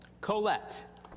Colette